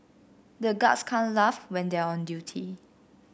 the guards can't laugh when they are on duty